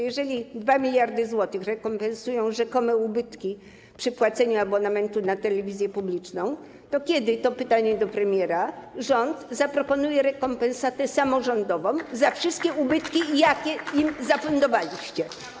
Jeżeli 2 mld rekompensują rzekome ubytki przy płaceniu abonamentu na telewizję publiczną, to kiedy - to pytanie do premiera - rząd zaproponuje rekompensatę samorządową za wszystkie ubytki, jakie samorządom zafundowaliście?